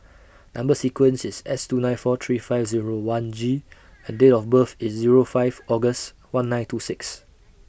Number sequence IS S two nine four three five Zero one G and Date of birth IS Zero five August one nine two six